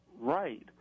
Right